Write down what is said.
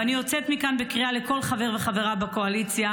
ואני יוצאת מכאן בקריאה לכל חבר וחברה בקואליציה: